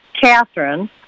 Catherine